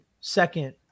second